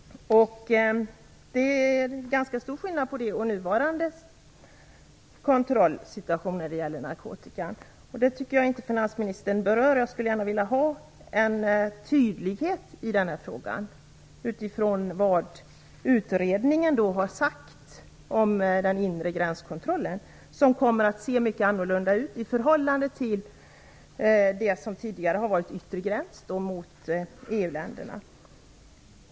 Det är en ganska stor skillnad mellan detta och nuvarande kontrollsituation när det gäller narkotikan. Det tyckte jag att finansministern inte berörde. Jag skulle gärna vilja få ett förtydligande i den här frågan utifrån vad utredningen har sagt om den inre gränskontrollen. Den kommer att se mycket annorlunda ut i förhållande till tidigare, då det har funnits en yttre gräns mot EU-länderna.